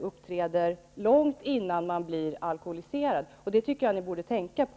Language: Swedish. uppträder långt innan man blir alkoholiserad. Det tycker jag att ni borde tänka på.